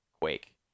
quake